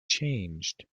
changed